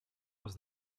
was